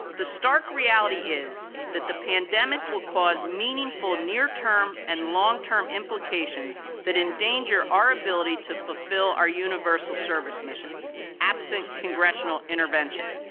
the stark reality is that the pandemic will cause meaningful meaningful near-term and long-term implications that endanger our ability to fulfill our universal service mission absent congressional intervention.